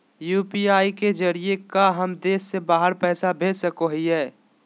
UPI के जरिए का हम देश से बाहर पैसा भेज सको हियय?